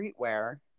streetwear